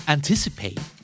Anticipate